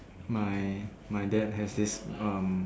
my my dad has this um